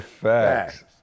Facts